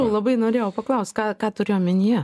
labai norėjau paklaust ką ką turi omenyje